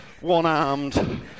one-armed